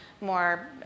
more